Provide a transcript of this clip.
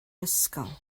ysgol